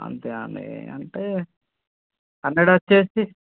అంతే అండీ అంతే హండ్రెడ్ వచ్చేసి